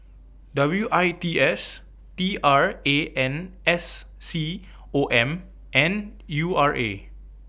W I T S T R A N S C O M and U R A